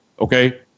Okay